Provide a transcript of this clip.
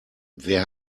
wer